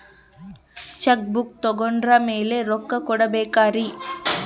Check book ತೊಗೊಂಡ್ರ ಮ್ಯಾಲೆ ರೊಕ್ಕ ಕೊಡಬೇಕರಿ?